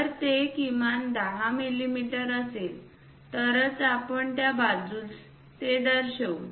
जर ते किमान 10 मिमी असेल तरच आपण त्या बाजूस ते दर्शवू